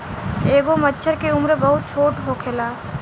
एगो मछर के उम्र बहुत छोट होखेला